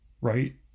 right